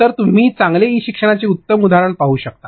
तर तुम्ही चांगले ई शिक्षणाचे उत्तम उदाहरण पाहू शकता